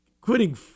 quitting